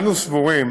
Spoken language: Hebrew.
אנו סבורים